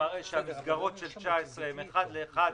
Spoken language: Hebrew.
שמראה שהמסגרות של תקציב 2019 הן אחת לאחת